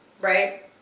right